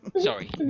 sorry